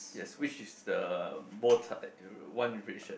ya which is the bow tie the one with red shirt